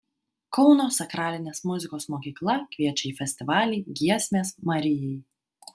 kauno sakralinės muzikos mokykla kviečia į festivalį giesmės marijai